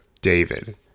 David